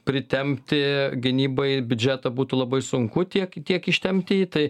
pritempti gynybai biudžetą būtų labai sunku tiek tiek ištempti jį tai